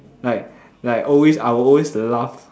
like like always I will always laugh